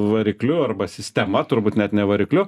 varikliu arba sistema turbūt net ne varikliu